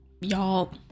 y'all